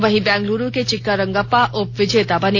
वही बेंगलुरु के चिक्का रंगप्पा उप विजेता बने